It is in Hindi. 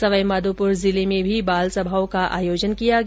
सवाईमाधोपुर जिले में भी बाल सभाओं का आयोजन किया गया